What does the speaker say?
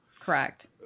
Correct